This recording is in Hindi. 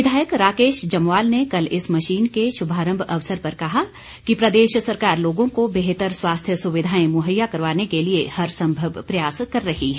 विधायक राकेश जम्वाल ने कल इस मशीन के शुभारम्भ अवसर पर कहा कि प्रदेश सरकार लोगों को बेहतर स्वास्थ्य सुविधाएं मुहैया करवाने के लिए हर सम्भव प्रयास कर रही है